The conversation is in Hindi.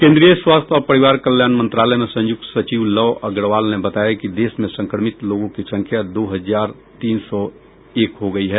केंद्रीय स्वास्थ्य और परिवार कल्याण मंत्रालय में संयुक्त सचिव लव अग्रवाल ने बताया कि देश में संक्रमित लोगों की संख्या दो हजार तीन सौ एक हो गयी है